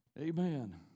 Amen